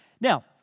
Now